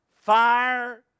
fire